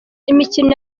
imikino